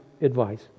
advice